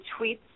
tweets